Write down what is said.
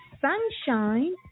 Sunshine